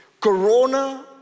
Corona